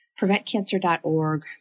preventcancer.org